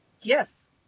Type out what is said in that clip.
yes